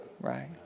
right